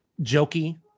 jokey